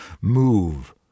move